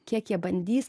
kiek jie bandys